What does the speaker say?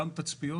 גם תצפיות